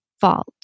fault